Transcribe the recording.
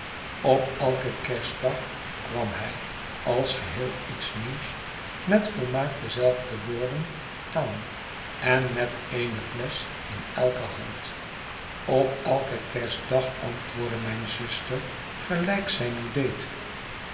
op elken kerstdag kwam hij als geheel iets nieuws met volmaakt dezelfde woorden aan en met eene flesch in elke hand op elken kerstdag antwoordde mijne zuster gelijk zij nu deed